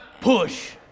Push